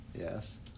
Yes